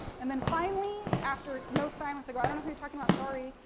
and then, finally, after no silence, i go, i don't know who you're talking about, sorry.